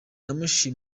n’ubufasha